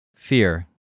Fear